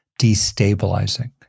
destabilizing